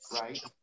right